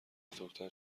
بزرگتر